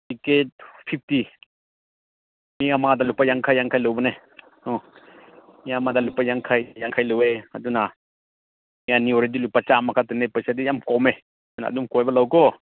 ticket fifty ꯃꯤ ꯑꯃꯗ ꯂꯨꯄꯥ ꯌꯥꯡꯈꯩ ꯌꯥꯡꯈꯩ ꯂꯧꯕꯅꯦ ꯑꯥ ꯃꯤ ꯑꯃꯗ ꯂꯨꯄꯥ ꯌꯥꯡꯈꯩ ꯌꯥꯡꯈꯩ ꯂꯧꯑꯦ ꯑꯗꯨꯅ ꯃꯤ ꯑꯅꯤ ꯑꯣꯏꯔꯗꯤ ꯂꯨꯄꯥ ꯆꯥꯃ ꯈꯛꯇꯅꯦ ꯄꯩꯁꯥꯗꯤ ꯌꯥꯝ ꯀꯣꯝꯃꯦ ꯑꯗꯨꯅ ꯑꯗꯨꯝ ꯀꯣꯏꯕ ꯂꯥꯛꯎꯀꯣ